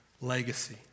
legacy